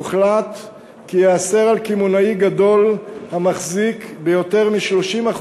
הוחלט כי ייאסר על קמעונאי גדול המחזיק ביותר מ-30%